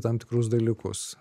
tam tikrus dalykus